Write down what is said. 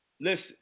listen